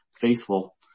faithful